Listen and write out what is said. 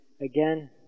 Again